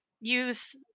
use